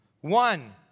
One